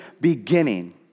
beginning